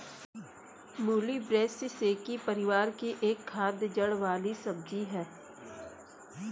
मूली ब्रैसिसेकी परिवार की एक खाद्य जड़ वाली सब्जी है